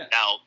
Now